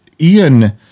Ian